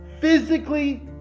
physically